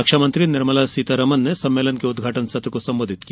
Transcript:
रक्षामंत्री निर्मला सीतारमन ने सम्मेलन के उद्घाटन सत्र को संबोधित किया